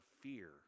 fear